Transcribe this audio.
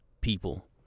people